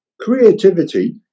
Creativity